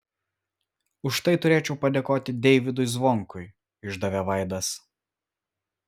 už tai turėčiau padėkoti deivydui zvonkui išdavė vaidas